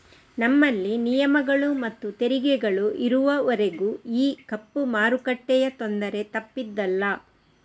ನಮ್ಮಲ್ಲಿ ನಿಯಮಗಳು ಮತ್ತು ತೆರಿಗೆಗಳು ಇರುವವರೆಗೂ ಈ ಕಪ್ಪು ಮಾರುಕಟ್ಟೆಯ ತೊಂದರೆ ತಪ್ಪಿದ್ದಲ್ಲ